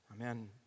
Amen